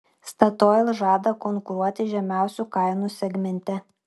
statoil žada konkuruoti žemiausių kainų segmente